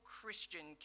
Christian